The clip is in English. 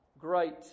great